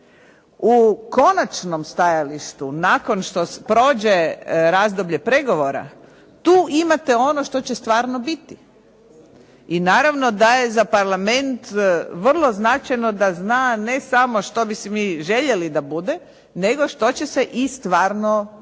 U konačnom stajalištu nakon što prođe razdoblje pregovora, tu imate ono što će stvarno biti, i naravno da je za parlament vrlo značajno da zna ne samo da zna ne samo što bi si mi željeli da bude, nego što će se i stvarno